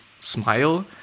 smile